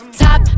top